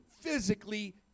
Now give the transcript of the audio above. physically